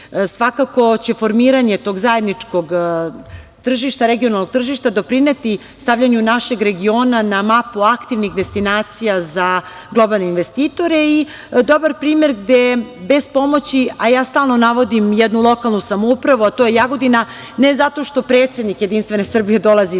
tržištu. Svakako će formiranje tog zajedničkog tržišta, regionalnog tržišta, doprineti stavljanju našeg regiona na mapu aktivnih destinacija za globalne investitore i dobar primer gde bez pomoći, a ja stalno navodim jednu lokalnu samoupravu, a to je Jagodina, ne zato što predsednik JS dolazi iz